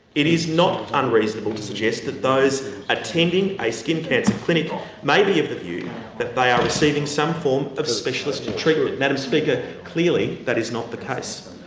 it is not unreasonable to suggest that those attending a skin cancer clinic may be of the view that they are receiving some form of specialist treatment. madam speaker, clearly that is not the case.